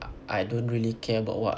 I don't really care about what